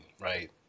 right